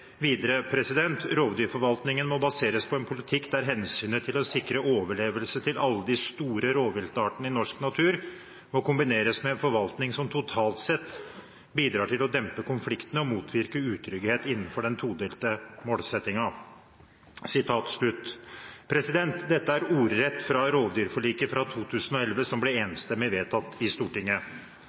Videre: «Rovdyrforvaltningen må baseres på en politikk der hensynet til å sikre overlevelse til alle de store rovviltartene i norsk natur, må kombineres med en forvaltning som totalt sett bidrar til å dempe konfliktene og motvirke utrygghet innenfor den todelte målsettingen.» Dette er ordrett fra rovdyrforliket fra 2011, som ble enstemmig vedtatt i Stortinget.